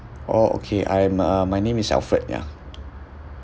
orh okay I'm uh my name is alfred ya